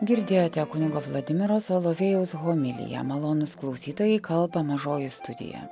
girdėjote kunigo vladimiro solovėjaus homiliją malonūs klausytojai kalba mažoji studija